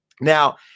Now